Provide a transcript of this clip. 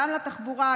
גם לתחבורה,